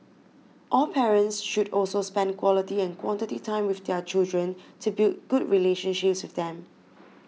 all parents should also spend quality and quantity time with their children to build good relationships with them